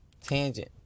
Tangent